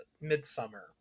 midsummer